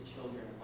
children